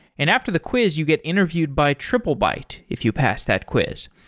and after the quiz you get interviewed by triplebyte if you pass that quiz.